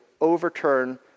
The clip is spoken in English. overturn